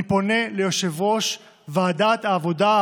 אני פונה ליושב-ראש ועדת העבודה,